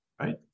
Right